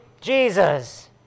Jesus